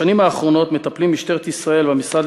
בשנים האחרונות מטפלים משטרת ישראל והמשרד